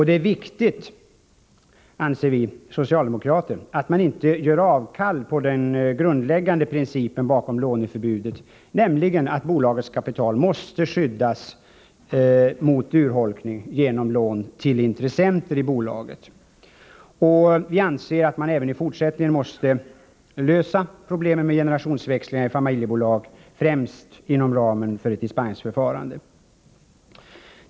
Det är viktigt, anser vi socialdemokrater, att man inte gör avkall på den grundläggande principen bakom låneförbudet, nämligen att bolagets kapital måste skyddas mot urholkning genom lån till intressenter i bolaget. Vi anser att man även i fortsättningen måste lösa problemen med generationsväxlingar i familjebolag främst inom ramen för ett dispensförfarande.